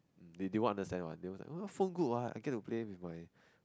they won't understand one they will like oh phone good what I get to play with my